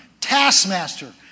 taskmaster